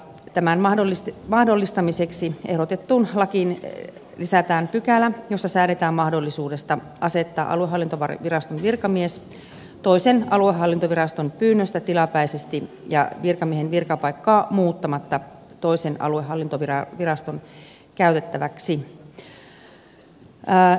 tämän mahdollistamiseksi ehdotettuun lakiin lisätään pykälä jossa säädetään mahdollisuudesta asettaa aluehallintoviraston virkamies toisen aluehallintoviraston pyynnöstä tilapäisesti ja virkamiehen virkapaikkaa muuttamatta toisen aluehallintoviraston käytettäväksi